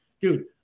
Dude